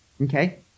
okay